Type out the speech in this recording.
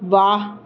ਵਾਹ